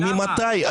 למה?